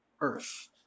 earth